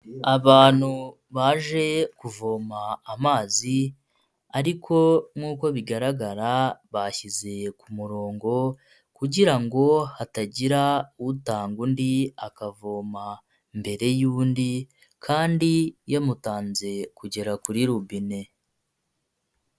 Abantu baje kuvoma amazi ariko nk'uko bigaragara bashyize ku murongo, kugira ngo hatagira utanga undi akavoma mbere y'undi kandi yamutanze kugera kuri rubine.